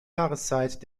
jahreszeit